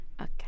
Okay